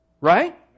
Right